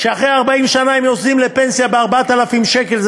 שאחרי 40 שנה הם יוצאים לפנסיה ב-4,000 שקל,